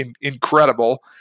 incredible